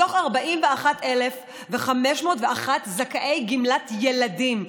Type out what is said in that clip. מתוך 41,501 זכאי גמלת ילדים,